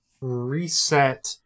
reset